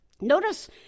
Notice